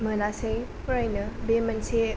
मोनासै फरायनो बे मोनसे